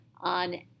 on